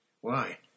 Why